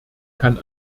kann